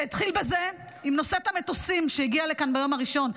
זה התחיל עם נושאת המטוסים שהגיעה לכאן ביום הראשון,